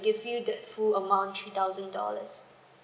give you the full amount three thousand dollars